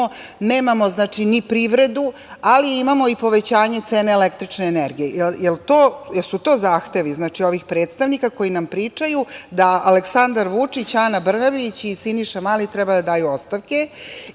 nemamo ni privredu, ali imamo i povećanje cene električne energije. Da li su to zahtevi ovih predstavnika koji nam pričaju da Aleksandar Vučić, Ana Brnabić i Siniša Mali treba da daju ostavke